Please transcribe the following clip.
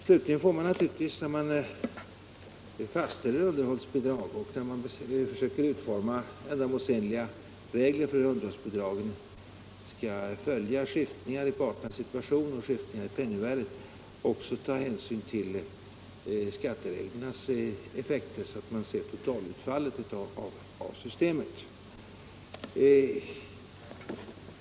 Slutligen får man naturligtvis, när man fastställer underhållsbidrag och när man försöker utforma ändamålsenliga regler för hur underhållsbidragen skall följa skiftningar i parternas situation och i penningvärdet, också ta hänsyn till skattereglernas effekter så att man ser totalutfallet av systemet.